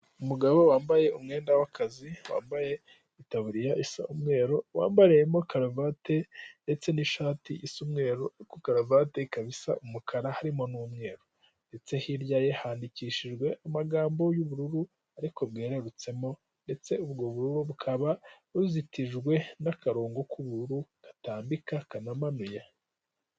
Umugabo wambaye umwenda w'akazi, wambaye itaburiya isa umweru, wambariyemo karavate ndetse n'ishati y'umweru, karavati ikaba isa umukara, harimo n'umweru. Ndetse hirya ye handikishijwe amagambo y'ubururu ariko bwererutsemo, ndetse ubwo bururu bukaba buzitijwe n'akarongo k'ubururu gatambika kanamanuye.